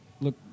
look